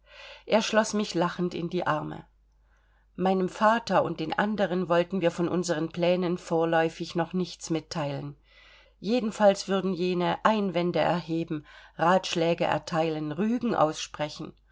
er schloß mich lachend in die arme meinem vater und den anderen wollten wir von unseren plänen vorläufig noch nichts mitteilen jedenfalls würden jene einwände erheben ratschläge erteilen rügen aussprechen